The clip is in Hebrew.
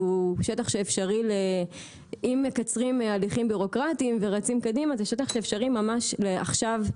שטח שאם מקצרים הליכים בירוקרטיים ורצים קדימה אפשרי ממש עכשיו,